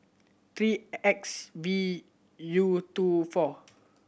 three X V U two four